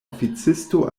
oficisto